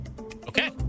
Okay